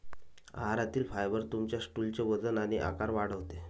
आहारातील फायबर तुमच्या स्टूलचे वजन आणि आकार वाढवते